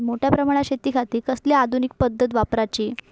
मोठ्या प्रमानात शेतिखाती कसली आधूनिक पद्धत वापराची?